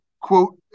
quote